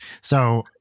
So-